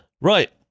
Right